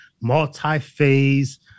multi-phase